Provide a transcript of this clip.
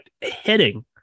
hitting